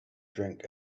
drink